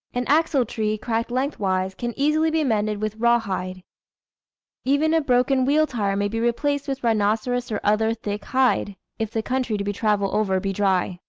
an axle-tree, cracked lengthwise, can easily be mended with raw hide even a broken wheel-tire may be replaced with rhinoceros or other thick hide if the country to be travelled over be dry.